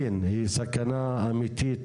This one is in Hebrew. צריך לבחון מה הרציונל שעומד מאחורי זה.